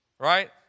Right